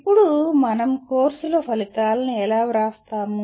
ఇప్పుడు మనం కోర్సుల ఫలితాలను ఎలా వ్రాస్తాము